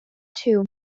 two